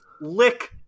Lick